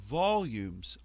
volumes